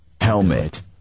Helmet